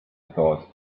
thought